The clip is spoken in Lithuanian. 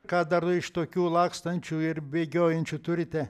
ką dar iš tokių lakstančių ir bėgiojančių turite